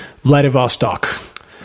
Vladivostok